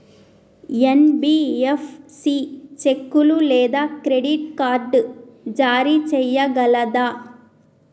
NBFC చెక్కులు లేదా credit card జారీ చేయగలదా?